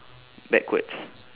backwards